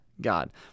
God